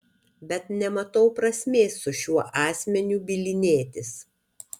bet nematau prasmės su šiuo asmeniu bylinėtis